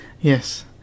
Yes